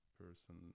person